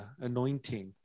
anointing